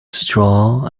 straw